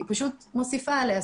היא פשוט מוסיפה עליה.